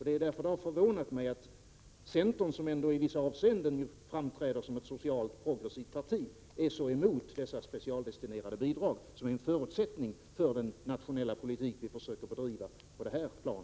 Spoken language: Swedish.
Det har förvånat mig att centern, som ändå i vissa avseenden framträder som ett socialt, progressivt parti, är så emot dessa specialdestinerade statsbidrag, vilka är en förutsättning för den nationella politik vi försöker driva på detta plan.